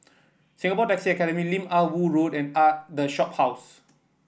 Singapore Taxi Academy Lim Ah Woo Road and a The Shophouse